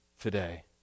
today